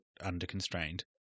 under-constrained